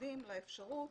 מתנגדים לאפשרות